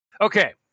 Okay